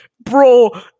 bro